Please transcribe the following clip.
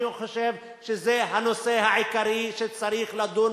אני חושב שזה הנושא העיקרי שצריך לדון